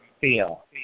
feel